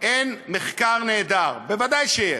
אין מחקר נהדר, ודאי שיש,